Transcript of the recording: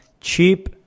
cheap